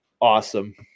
awesome